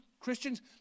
Christians